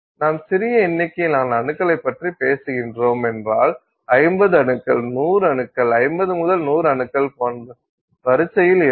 நாம் சிறிய எண்ணிக்கையிலான அணுக்களைப்பற்றி பேசுகிறோம் என்றால் 50 அணுக்கள் 100 அணுக்கள் 50 முதல் 100 அணுக்கள் போன்ற வரிசையில் இருக்கும்